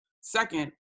second